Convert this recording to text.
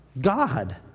God